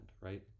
right